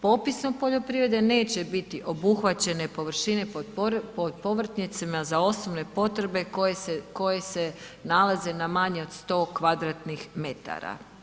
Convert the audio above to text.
Popisom poljoprivrede neće biti obuhvaćene površine pod povrtnjacima za osobne potrebe koje se nalaze na manje od 100 kvadratnih metara.